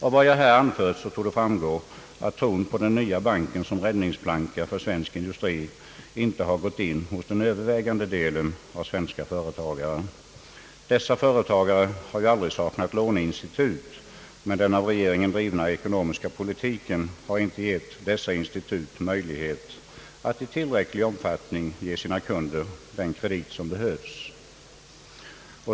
Av vad jag här anfört torde framgå att tron på den nya banken som räddningsplanka för svensk industri inte har gått in hos den övervägande delen av svenska företagare. Dessa företagare har ju aldrig saknat låneinstitut, men den av regeringen drivna ekonomiska politiken har inte gett instituten möjlighet att i tillräcklig omfattning lämna sina kunder den kredit som behövts.